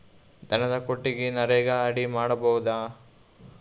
ದನದ ಕೊಟ್ಟಿಗಿ ನರೆಗಾ ಅಡಿ ಮಾಡಬಹುದಾ?